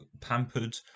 pampered